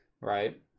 right